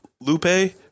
Lupe